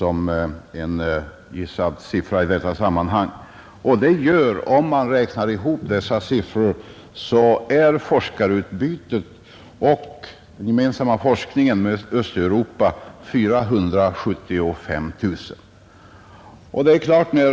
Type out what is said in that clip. Om man räknar ihop dessa belopp finner man att siffran för forskarutbytet och den gemensamma forskningen med Östeuropa är 475 000 kronor.